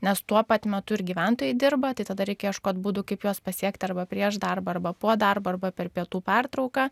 nes tuo pat metu ir gyventojai dirba tai tada reikia ieškoti būdų kaip juos pasiekti arba prieš darbą arba po darbo arba per pietų pertrauką